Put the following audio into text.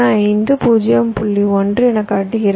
1 எனக் காட்டுகிறது